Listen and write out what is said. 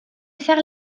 faire